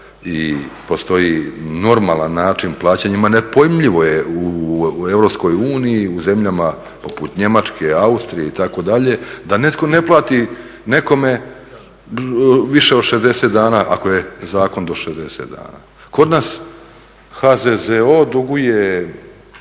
i postoji normalan način plaćanjima nepojmljivo je u EU, u zemljama poput Njemačke, Austrije itd. da netko ne plati nekome više od 60 dana ako je zakon do 60 dana. Kod nas HZZO duguje